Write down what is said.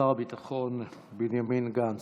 שר הביטחון בנימין גנץ,